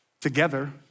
together